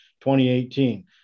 2018